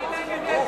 מי נגד אתיקה?